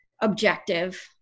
objective